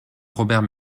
robert